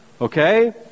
Okay